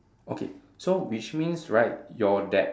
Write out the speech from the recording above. okay so which means right your that